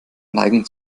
neigen